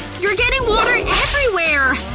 you're getting water everywhere!